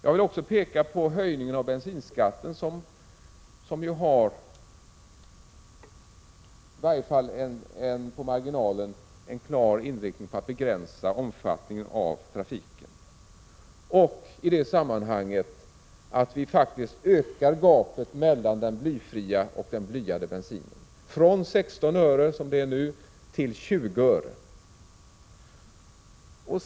Jag vill också peka på höjningen av bensinskatten, som ju har i varje fall på marginalen en klar inriktning på att begränsa omfattningen av trafiken, och att vi faktiskt ökar gapet mellan den blyfria och den blyade bensinen från 16 öre, som det är nu, till 20 öre.